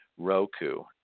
Roku